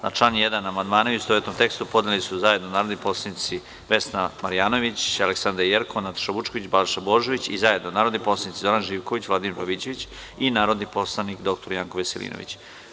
Na član 1. amandmane u istovetnom tekstu podneli su zajedno narodni poslanici Vesna Marjanović, Aleksandra Jerkov, Nataša Vučković, Balša Božović, zajedno narodni poslanici Zoran Živković i Vladimir Pavićević i narodni poslanik dr Janko Veselinović.